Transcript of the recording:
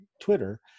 Twitter